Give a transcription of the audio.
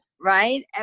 right